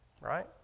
Right